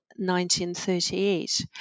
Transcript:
1938